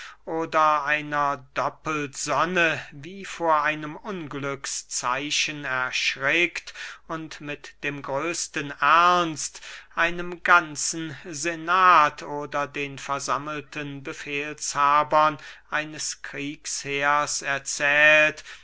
oder einer doppelsonne wie vor einem unglückszeichen erschrickt und mit dem größten ernst einem ganzen senat oder den versammelten befehlshabern eines kriegsheers erzählt